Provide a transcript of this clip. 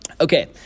okay